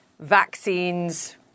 vaccines